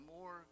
more